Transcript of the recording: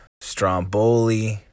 stromboli